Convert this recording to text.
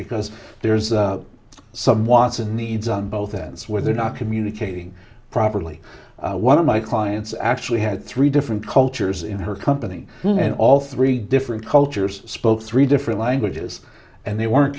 because there's some wants and needs on both ends where they're not communicating properly one of my clients actually had three different cultures in her company and all three different cultures spoke three different languages and they weren't